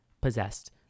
possessed